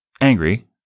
angry